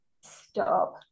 Stop